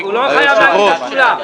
הוא לא חייב לענות על כולם.